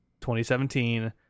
2017